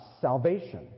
salvation